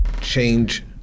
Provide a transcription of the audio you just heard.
Change